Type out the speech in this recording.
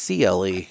CLE